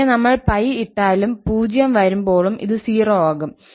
പിന്നെ നമ്മൾ 𝜋 ഇട്ടാലും പൂജ്യം വരുമ്പോളും ഇത് 0 ആകും